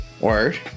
Word